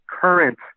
current